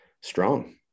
strong